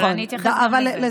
אבל אני אתייחס גם לזה.